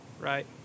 right